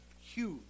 Huge